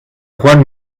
juan